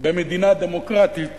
במדינה דמוקרטית